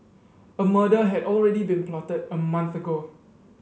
a murder had already been plotted a month ago